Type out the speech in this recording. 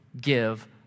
give